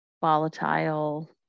volatile